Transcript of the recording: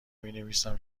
مینویسم